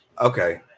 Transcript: okay